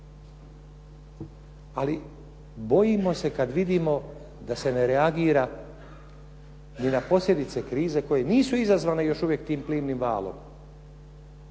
Ali bojimo se kad vidimo da se ne reagira ni na posljedice krize koje nisu izazvane još uvijek tim plimnim valom.